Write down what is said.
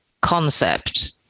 concept